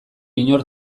inor